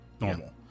normal